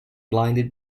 blinded